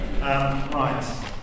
Right